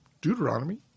Deuteronomy